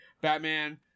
Batman